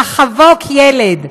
לחבוק ילד,